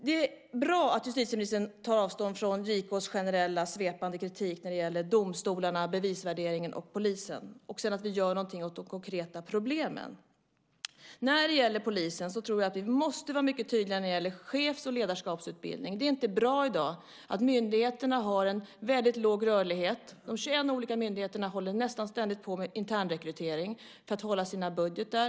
Det är bra att justitieministern tar avstånd från JK:s generella, svepande kritik när det gäller domstolarna, bevisvärderingen och polisen och att vi gör någonting åt de konkreta problemen. När det gäller polisen tror jag att vi måste vara mycket tydligare i fråga om chefs och ledarskapsutbildning. Det är inte bra att myndigheterna i dag har en väldigt låg rörlighet. De 21 olika myndigheterna håller nästan ständigt på med internrekrytering för att hålla sina budgetar.